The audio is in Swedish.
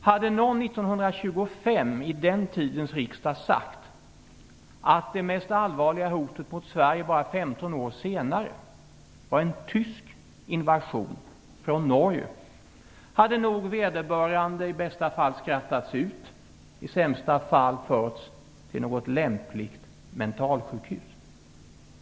Hade någon år 1925 i den tidens riksdag sagt att det mest allvarliga hotet mot Sverige bara 15 år senare skulle vara en tysk invasion från Norge hade nog vederbörande i bästa fall skrattats ut, och i sämsta fall förts till något lämpligt mentalsjukhus.